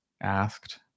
asked